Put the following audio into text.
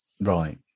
Right